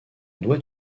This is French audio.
doit